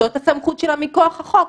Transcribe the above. זאת הסמכות שלה מכוח החוק.